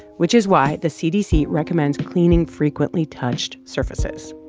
which is why the cdc recommends cleaning frequently touched surfaces.